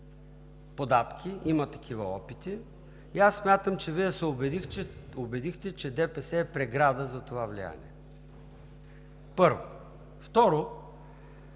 податки, има такива опити и аз смятам, че Вие се убедихте, че ДПС е преграда за това влияние, първо. Второ,